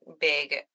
big